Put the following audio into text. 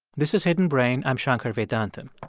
this is hidden brain. i'm shankar vedantam